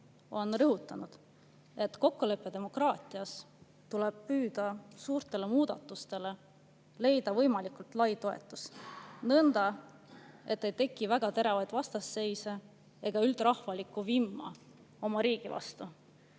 on rõhutanud, et kokkuleppedemokraatias tuleb püüda leida suurtele muudatustele võimalikult lai toetus, nõnda, et ei teki väga teravaid vastasseise ega üldrahvalikku vimma oma riigi vastu.